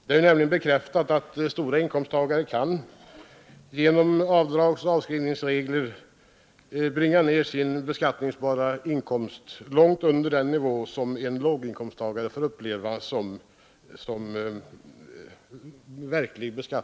Det är nämligen bekräftat att höginkomsttagare tack vare avdragsoch avskrivningsreglerna kan bringa ner sin beskattningsbara inkomst långt under en låginkomsttagares.